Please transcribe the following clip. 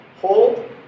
hold